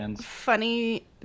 funny